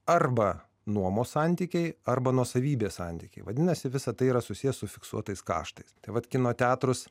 arba nuomos santykiai arba nuosavybės santykiai vadinasi visa tai yra susiję su fiksuotais kaštais tai vat kino teatruose